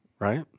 Right